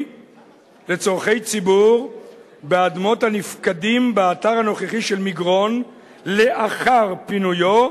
לצורכי ציבור באדמות הנפקדים באתר הנוכחי של מגרון לאחר פינויו,